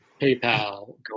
PayPal